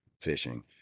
fishing